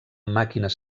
màquines